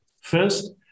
First